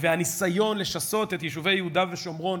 והניסיון לשסות את יישובי יהודה ושומרון,